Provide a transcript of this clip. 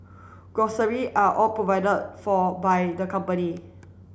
grocery are all provide for by the company